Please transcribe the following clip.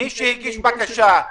נושא חדש.